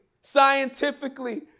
scientifically